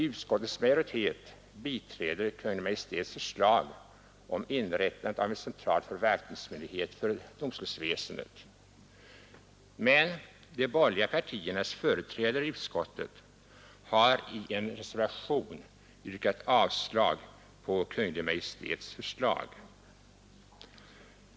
Utskottets majoritet biträder Kungl. Maj:ts förslag om inrättandet av en central förvaltningsmyndighet för domstolsväsendet, men de borgerliga partiernas företrädare i utskottet har i en reservation avstyrkt Kungl. Maj:ts förslag.